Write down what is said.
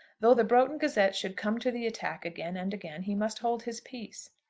though the broughton gazette should come to the attack again and again, he must hold his peace.